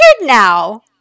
now